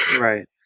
Right